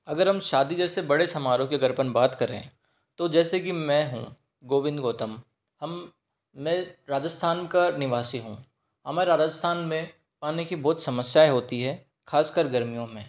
अगर हम शादी जैसे बड़े समारोह की अगर हम बात करें तो जैसे कि मैं हूँ गोविंद गौतम हम मैं राजस्थान का निवासी हूँ हमारे राजस्थान में पानी की बहुत समस्याएँ होती हैं खासकर गर्मियों में